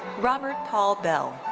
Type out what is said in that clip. robert paul bell.